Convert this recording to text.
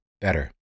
better